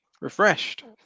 Refreshed